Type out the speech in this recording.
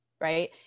right